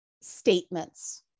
statements